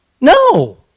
No